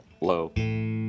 low